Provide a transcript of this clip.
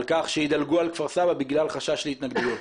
על כך שידלגו על כפר סבא בגלל חשש להתנגדויות.